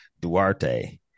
Duarte